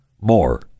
more